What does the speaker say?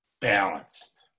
balanced